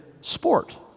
sport